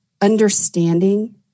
understanding